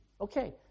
Okay